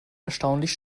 erstaunlich